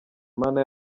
mana